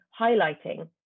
highlighting